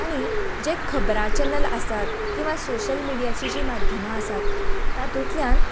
आनी जे खबरां चेनल आसात किंवां सोशल मिडियाची जी माध्यमां आसात तातूंतल्यान